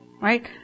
right